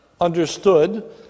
understood